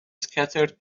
scattered